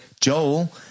joel